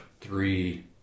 three